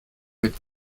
mit